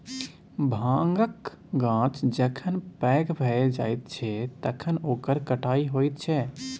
भाँगक गाछ जखन पैघ भए जाइत छै तखन ओकर कटाई होइत छै